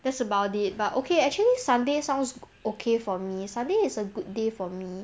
that's about it but okay actually sunday sounds okay for me sunday is a good day for me